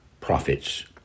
profits